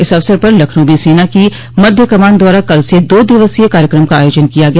इस अवसर पर लखनऊ में सेना की मध्य कमान द्वारा कल से दो दिवसीय कार्यक्रम का आयोजन किया गया